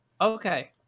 Okay